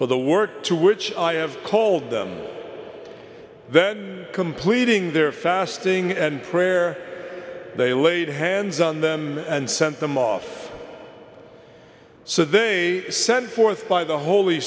for the work to which i have called them then completing their fasting and prayer they laid hands on them and sent them off so they sent forth by the holy